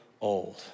old